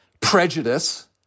prejudice